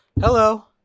hello